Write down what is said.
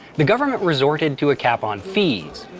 the government resorted to a cap on fees.